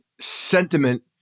sentiment